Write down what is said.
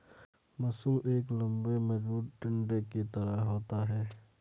मूसल एक लम्बे मजबूत डंडे की तरह होता है